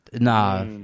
Nah